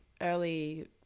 early